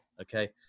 Okay